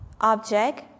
object